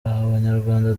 abanyarwanda